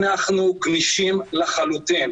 אנחנו גמישים לחלוטין.